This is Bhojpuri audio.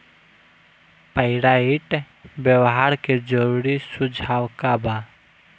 पाइराइट व्यवहार के जरूरी सुझाव का वा?